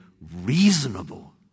reasonable